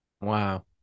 Wow